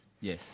Yes